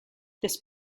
this